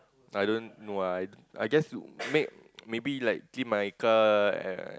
I don't know ah I I guess make maybe like see my car uh